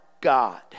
God